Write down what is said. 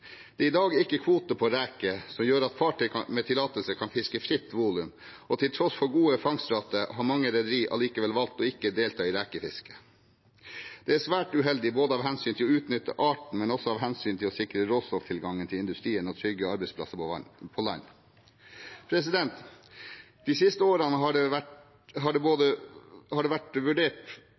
Det er i dag ikke kvoter på reker, noe som gjør at fartøy med tillatelse kan fiske fritt volum. Og til tross for gode fangstrater har mange rederi valgt ikke å delta i rekefisket. Dette er svært uheldig av hensyn til å utnytte arten, men også av hensyn til å sikre råstofftilgangen til industrien og trygge arbeidsplasser på land. De siste årene er det